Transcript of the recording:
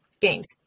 games